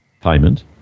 payment